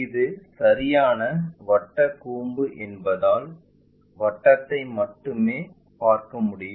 இது சரியான வட்டக் கூம்பு என்பதால் வட்டத்தை மட்டும் பார்க்க முடியும்